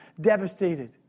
devastated